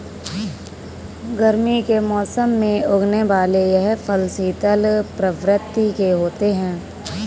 गर्मी के मौसम में उगने वाले यह फल शीतल प्रवृत्ति के होते हैं